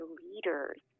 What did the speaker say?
leaders